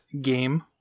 game